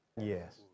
yes